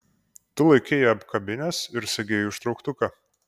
tu laikei ją apkabinęs ir segei užtrauktuką